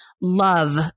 love